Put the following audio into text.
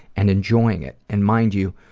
and enjoying it. and mind you,